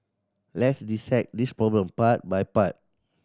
let's dissect this problem part by part